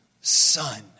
son